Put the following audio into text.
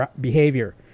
behavior